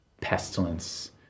pestilence